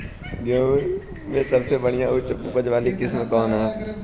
गेहूं में सबसे बढ़िया उच्च उपज वाली किस्म कौन ह?